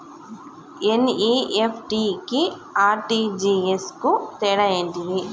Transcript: NEFT కి RTGS కు తేడా ఏంటిది?